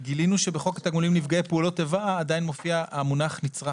גילינו שבחוק התגמולים לנפגעי פעולות איבה עדיין מופיע המונח נצרך